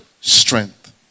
strength